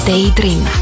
Daydream